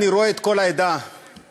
אני רואה את כל העדה הדרוזית,